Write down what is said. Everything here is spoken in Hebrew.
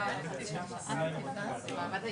תודה רבה אבתיסאם, תודה